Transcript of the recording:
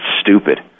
stupid